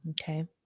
Okay